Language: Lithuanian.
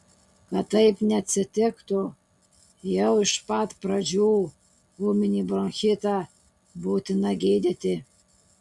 kad taip neatsitiktų jau iš pat pradžių ūminį bronchitą būtina gydyti